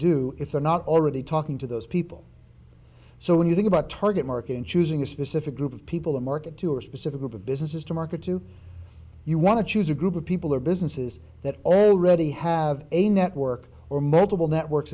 do if they're not already talking to those people so when you think about target market and choosing a specific group of people to market to or a specific group of businesses to market to you want to choose a group of people or businesses that already have a network or multiple networks